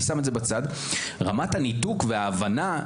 בנוגע לתקציב,